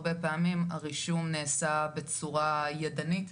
הרבה פעמים הרישום נעשה בצורה ידנית.